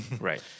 Right